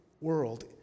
world